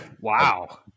wow